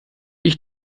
ich